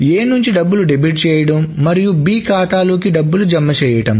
A నుంచి డబ్బులు debit చేయడం మరియు B యొక్క ఖాతాలోకి డబ్బులు జమ చేయడం